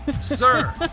sir